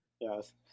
Yes